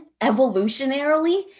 evolutionarily